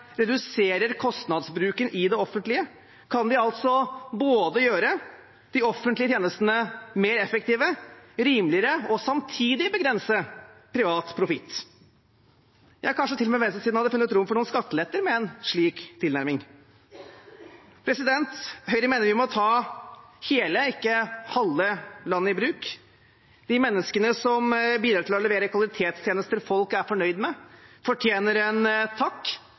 reduserer kostnadsbruken i det offentlige, kan de altså gjøre de offentlige tjenestene både mer effektive og rimeligere, og samtidig begrense privat profitt. Ja, kanskje til og med venstresiden hadde funnet rom for noen skatteletter med en slik tilnærming. Høyre mener vi må ta hele, ikke halve, landet i bruk. De menneskene som bidrar til å levere kvalitetstjenester folk er fornøyd med, fortjener en takk